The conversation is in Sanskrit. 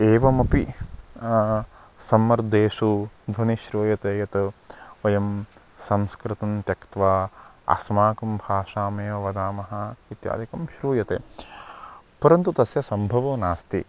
एवमपि सम्मर्देषु ध्वनि श्रूयते यत् वयं संस्कृतं त्यक्त्वा अस्माकं भाषामेव वदामः इत्यादिकं श्रूयते परन्तु तस्य सम्भवो नास्ति